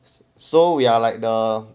so we are like the